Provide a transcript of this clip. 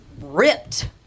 ripped